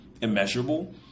immeasurable